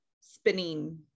spinning